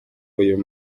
uyu